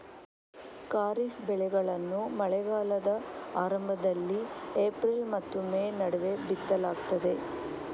ಖಾರಿಫ್ ಬೆಳೆಗಳನ್ನು ಮಳೆಗಾಲದ ಆರಂಭದಲ್ಲಿ ಏಪ್ರಿಲ್ ಮತ್ತು ಮೇ ನಡುವೆ ಬಿತ್ತಲಾಗ್ತದೆ